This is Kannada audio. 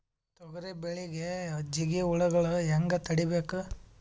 ತೊಗರಿ ಬೆಳೆಗೆ ಜಿಗಿ ಹುಳುಗಳು ಹ್ಯಾಂಗ್ ತಡೀಬೇಕು?